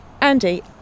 Andy